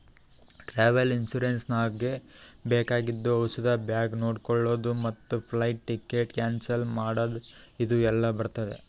travel insurance ನಾಗ್ ಬೇಕಾಗಿದ್ದು ಔಷಧ ಬ್ಯಾಗ್ ನೊಡ್ಕೊಳದ್ ಮತ್ ಫ್ಲೈಟ್ ಟಿಕೆಟ್ ಕ್ಯಾನ್ಸಲ್ ಮಾಡದ್ ಇದು ಎಲ್ಲಾ ಬರ್ತುದ